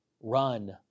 run